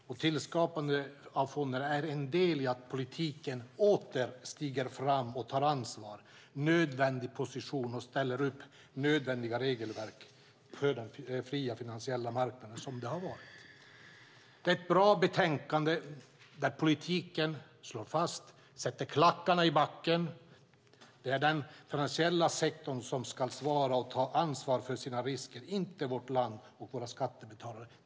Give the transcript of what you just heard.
Tillskapandet av fonden är en del i att politiken åter stiger fram och tar ansvar, intar en nödvändig position och ställer upp regelverk för den fria finansiella marknaden. Det är ett bra betänkande där politiken sätter klackarna i backen. Det är den finansiella sektorn som ska svara och ta ansvar för sina risker, inte vårt land och våra skattebetalare.